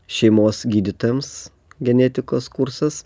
šeimos gydytojams genetikos kursas